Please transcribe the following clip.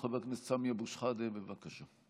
חבר הכנסת סמי אבו שחאדה, בבקשה.